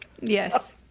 Yes